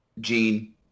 Gene